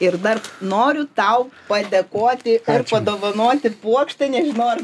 ir dar noriu tau padėkoti ir padovanoti puokštę nežinau aš